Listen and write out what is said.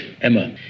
Emma